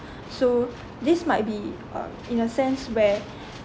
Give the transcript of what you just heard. so this might be uh in a sense where